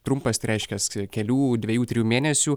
trumpas tai reiškias kelių dviejų trijų mėnesių